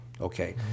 Okay